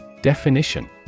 Definition